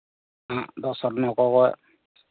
ᱱᱟᱦᱟᱜ ᱫᱚ ᱥᱚᱨᱱᱚ ᱠᱚ